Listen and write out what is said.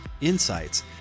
insights